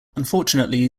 unfortunately